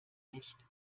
nicht